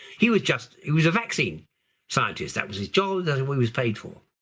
he was just, he was a vaccine scientist. that was his job. that and he was paid for.